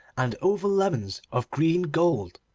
and oval lemons of green gold.